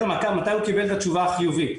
מתי הוא קיבל את התשובה החיובית.